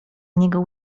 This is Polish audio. niego